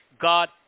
God